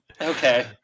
Okay